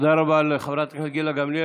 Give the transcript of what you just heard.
נספחות.] תודה רבה לחברת הכנסת גילה גמליאל.